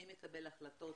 מי מקבל החלטות,